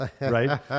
right